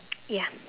ya